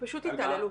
פשוט התעללות.